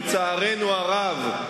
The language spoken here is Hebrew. לצערנו הרב,